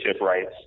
rights